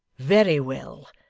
very well.